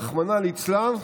רחמנא ליצלן,